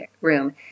room